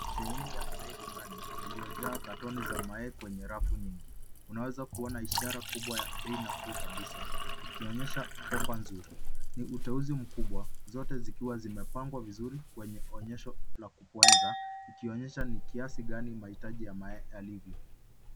Sehemu ya mayai dukani iliyojaa katoni za mayai kwenye rafu nyingi unaweza kuona ishara kubwa ya bei nafuu kabisa ikionyesha ofa nzuri ni uteuzi mkubwa zote zikiwa zimepangwa vizuri kwenye onyesho la kupoeza ikionyesha ni kiasi gani mahitaji ya mayai yalivyo